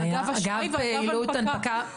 זה היה אגב פעילות הנפקה.